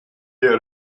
had